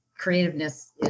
creativeness